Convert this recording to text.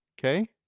Okay